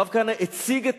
הרב כהנא הציג את